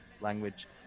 language